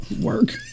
Work